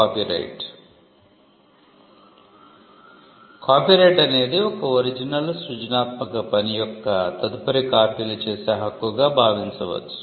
copyright copyright అనేది ఒక original సృజనాత్మక 'పని' యొక్క తదుపరి కాపీలు చేసే హక్కుగా భావించవచ్చు